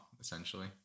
essentially